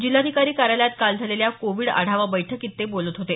जिल्हाधिकारी कार्यालयात काल झालेल्या कोविड आढावा बैठकीत ते बोलत होते